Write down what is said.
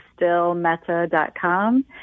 stillmeta.com